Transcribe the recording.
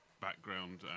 background